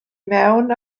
mewn